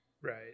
right